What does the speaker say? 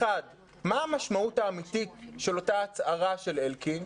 1. מה המשמעות האמיתית של אותה הצהרה של השר אלקין.